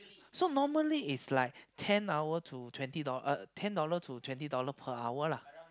so normally is like ten hour to twenty dollar uh ten dollar to twenty dollar per hour lah